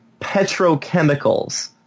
petrochemicals